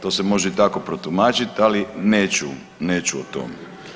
To se može i tako protumačiti, ali neću o tome.